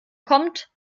kommt